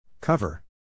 Cover